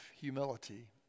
humility